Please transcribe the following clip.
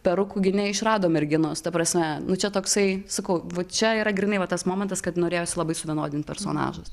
perukų gi neišrado merginos ta prasme nu čia toksai sakau va čia yra grynai va tas momentas kad norėjosi labai suvienodint personažus